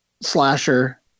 slasher